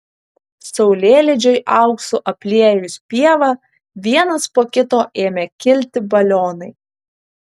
saulėlydžiui auksu apliejus pievą vienas po kito ėmė kilti balionai